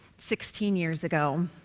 sixteen years ago,